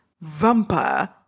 vampire